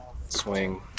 swing